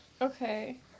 Okay